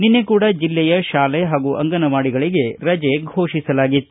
ನಿನ್ನೆ ಕೂಡ ಜಿಲ್ಲೆಯ ಶಾಲೆ ಹಾಗೂ ಅಂಗನವಾಡಿಗಳಿಗೆ ರಜೆ ಫೋಷಿಸಲಾಗಿತ್ತು